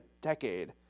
decade